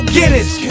Guinness